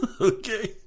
Okay